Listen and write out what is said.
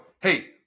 Hey